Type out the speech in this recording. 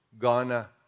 Ghana